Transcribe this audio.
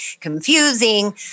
confusing